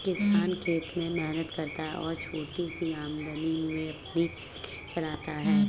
किसान खेत में मेहनत करता है और छोटी सी आमदनी में अपनी जिंदगी चलाता है